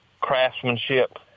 craftsmanship